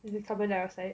is it carbon dioxide